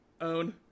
own